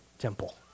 temple